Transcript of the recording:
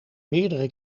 meerdere